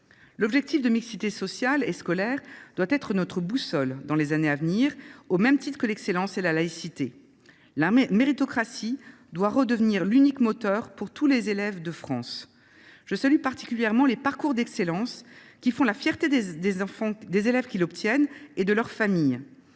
L’objectif de mixité sociale et scolaire doit être notre boussole durant les années à venir, au même titre que l’excellence et la laïcité. La méritocratie doit redevenir l’unique moteur pour tous les élèves de France. Je salue particulièrement les parcours d’excellence, qui font la fierté des élèves qui l’obtiennent et de leurs familles.